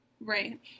Right